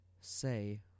Say